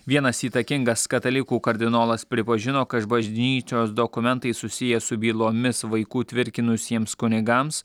vienas įtakingas katalikų kardinolas pripažino kad bažnyčios dokumentai susiję su bylomis vaikų tvirkinusiems kunigams